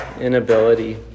inability